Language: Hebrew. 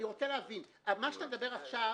אני רוצה להבין על מה שאתה מדבר עכשיו,